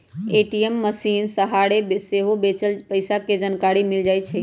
ATM मशीनके सहारे सेहो बच्चल पइसा के जानकारी मिल जाइ छइ